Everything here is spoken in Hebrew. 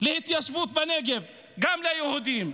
התיישבות בנגב גם ליהודים.